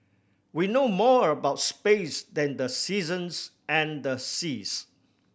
we know more about space than the seasons and the seas